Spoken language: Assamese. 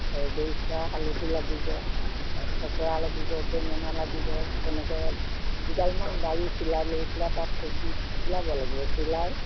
হালধি লাগিব থেকেৰা লাগিব বেঙেনা লাগিব তেনেকৈ দুডালমান বাৰী চিলাই লৈ পেলাই তাত সঁচি চিলাব লাগিব চিলাই